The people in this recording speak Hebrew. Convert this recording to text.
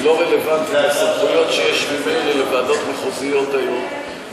היא לא רלוונטית לסמכויות שיש ממילא לוועדות מחוזיות היום.